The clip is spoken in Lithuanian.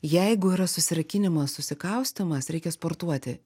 jeigu yra susirakinimas susikaustymas reikia sportuoti